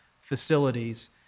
facilities